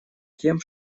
тем